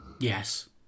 Yes